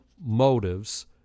motives